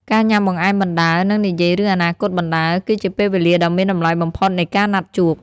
ការញ៉ាំបង្អែមបណ្ដើរ និងនិយាយរឿងអនាគតបណ្ដើរ គឺជាពេលវេលាដ៏មានតម្លៃបំផុតនៃការណាត់ជួប។